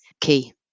key